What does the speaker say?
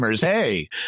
Hey